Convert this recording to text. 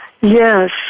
Yes